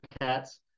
cats